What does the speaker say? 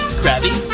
crabby